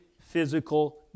physical